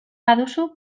baduzu